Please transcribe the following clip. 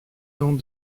dans